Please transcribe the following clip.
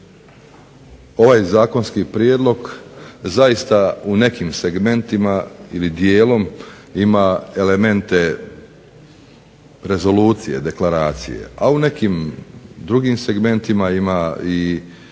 ovaj Zakonski prijedlog zaista u nekim segmentima ili dijelom ima elemente rezolucije, deklaracije, a u nekim drugim segmentima ima